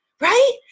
right